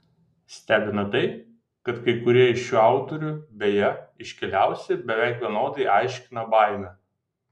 stebina tai kad kai kurie iš šių autorių beje iškiliausi beveik vienodai aiškina baimę